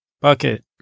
Bucket